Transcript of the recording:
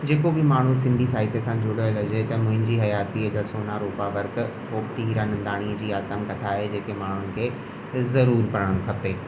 जेको बि माण्हू सिंधी साहित्य सां जुड़ियल हुजे त मुंहिंजी हयातीअ जा सोना रोपा वर्क पोपटी हीरानंदाणी जी आतमकथा आहे जेके माण्हुनि खे ज़रूरु पढ़णु खपे